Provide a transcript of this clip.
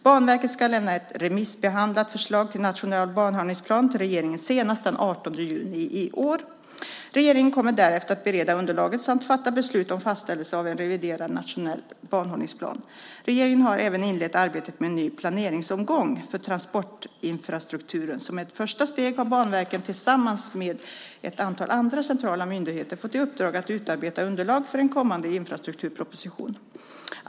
Banverket ska lämna ett remissbehandlat förslag till nationell banhållningsplan till regeringen senast den 18 juni i år. Regeringen kommer därefter att bereda underlaget samt fatta beslut om fastställelse av en reviderad nationell banhållningsplan. Regeringen har även inlett arbetet med en ny planeringsomgång för transportinfrastrukturen. Som ett första steg har Banverket, tillsammans med ett antal andra centrala myndigheter, fått i uppdrag att utarbeta underlag för en kommande infrastrukturproposition.